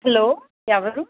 hello ఎవరు